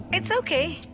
its ok.